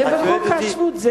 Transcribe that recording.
זה בחוק השבות.